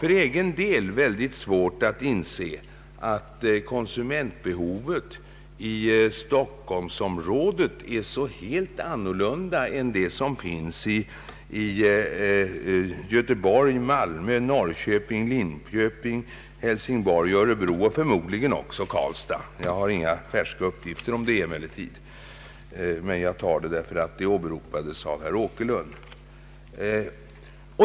För egen del har jag svårt att inse att konsumentbehovet i Stockholmsområdet är så helt annorlunda än i Göteborg, Malmö, Norrköping, Linköping, Hälsingborg, Örebro och förmodligen också Karlstad; jag har inga färska uppgifter om det men nämner det för att det åberopades av herr Åkerlund.